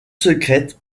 secrètes